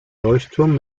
leuchtturm